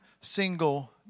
single